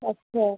अच्छा